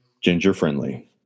ginger-friendly